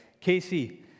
Casey